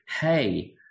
hey